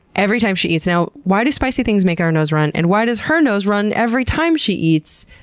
everytime she eats. now, why do spicy things make our nose run and why does her nose run every time she eats?